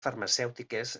farmacèutiques